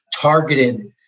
targeted